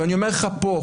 ואני אומר לך פה,